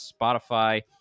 Spotify